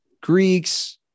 Greeks